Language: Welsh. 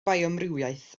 bioamrywiaeth